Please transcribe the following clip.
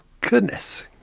goodness